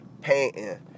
painting